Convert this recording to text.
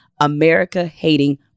America-hating